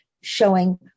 showing